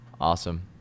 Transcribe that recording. Awesome